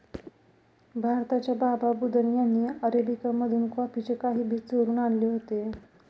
भारताच्या बाबा बुदन यांनी अरेबिका मधून कॉफीचे काही बी चोरून आणले होते